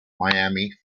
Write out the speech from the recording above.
miami